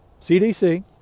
cdc